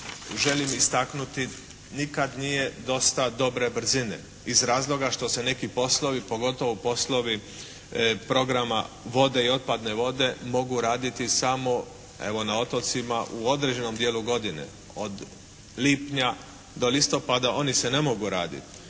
želim istaknuti nikad nije dosta dobre brzine iz razloga što se neki poslovi pogotovo poslovi programa vode i otpadne vode mogu raditi samo evo na otocima u određenom dijelu godine. Od lipnja do listopada oni se ne mogu raditi.